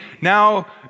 now